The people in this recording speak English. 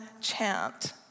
chant